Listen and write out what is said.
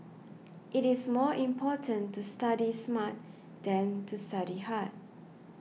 it is more important to study smart than to study hard